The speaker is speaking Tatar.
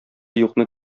юкны